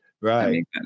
Right